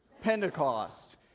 Pentecost